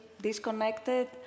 disconnected